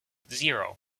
zero